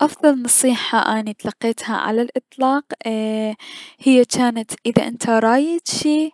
افضل نصيحة اني تلقيتها على الأطلاق هي جانت اذا انت رايد شي